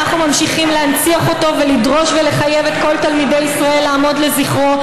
להנציח אותו ולדרוש ולחייב את כל תלמידי ישראל לעמוד לזכרו,